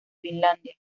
finlandia